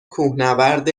کوهنورد